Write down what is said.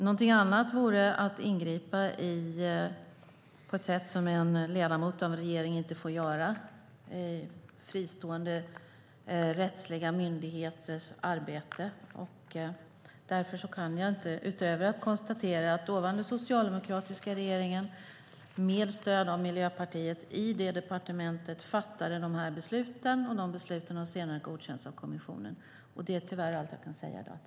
Någonting annat vore att ingripa i fristående rättsliga myndigheters arbete på ett sätt som en ledamot av en regering inte får göra. Därför kan jag inte göra annat än konstatera att den dåvarande socialdemokratiska regeringen med stöd av Miljöpartiet i det departementet fattade dessa beslut, och de besluten har senare godkänts av kommissionen. Det är tyvärr allt jag kan säga i dag.